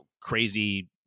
crazy